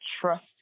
trust